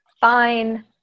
fine